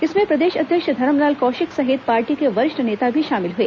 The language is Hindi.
इसमें प्रदेश अध्यक्ष धरमलाल कौशिक सहित पार्टी के वरिष्ठ नेता भी शामिल हुए